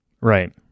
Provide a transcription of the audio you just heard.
Right